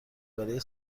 برای